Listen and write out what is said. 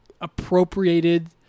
appropriated